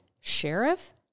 sheriff